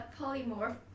polymorph